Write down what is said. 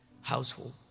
household